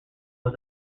was